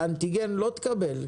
באנטיגן לא תקבל,